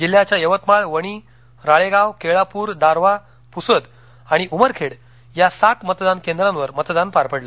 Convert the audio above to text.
जिल्ह्याच्या यवतमाळ वणी राळेगाव केळापूर दारव्हा पुसद आणि उमरखेड या सात मतदान केंद्रावर मतदान पार पडले